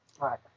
Right